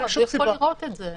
אבל הוא כן יכול לראות את זה.